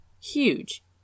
huge